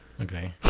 Okay